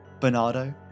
Bernardo